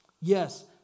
Yes